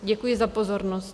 Děkuji za pozornost.